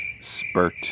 spurt